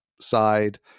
side